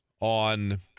on